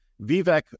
Vivek